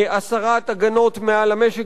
הסרת הגנות מעל המשק